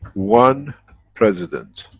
one president,